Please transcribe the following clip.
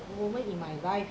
moment in my life